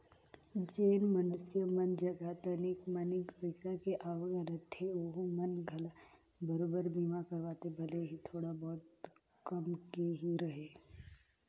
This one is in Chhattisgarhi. जेन मइनसे मन जघा तनिक मनिक पईसा के आवक रहथे ओहू मन घला बराबेर बीमा करवाथे भले ही थोड़ा बहुत के ही रहें